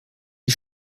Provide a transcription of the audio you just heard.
die